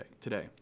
Today